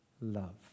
love